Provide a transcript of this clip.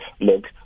look